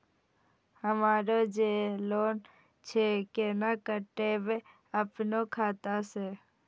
हमरो जे लोन छे केना कटेबे अपनो खाता से?